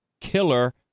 killer